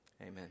amen